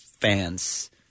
fans